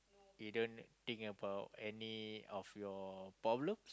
you don't think about any of your problems